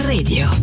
Radio